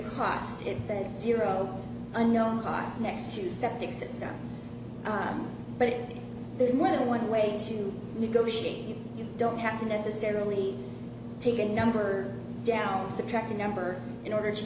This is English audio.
cost it's a zero unknown cost next to septic system but there's more than one way to negotiate you don't have to necessarily take a number down and subtract the number in order to